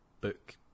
book